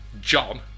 John